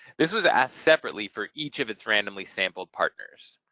this was asked separately for each of its randomly sampled partners.